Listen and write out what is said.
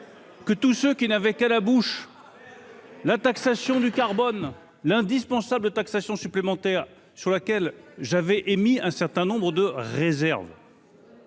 Que tout ceux qui n'avait qu'à la bouche, la taxation du carbone, l'indispensable taxation supplémentaire sur laquelle j'avais émis un certain nombre de réserves.